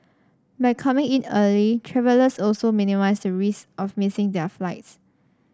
by coming in early travellers also minimise the risk of missing their flights